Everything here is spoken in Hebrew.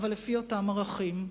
אבל לפי אותם ערכים.